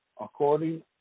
according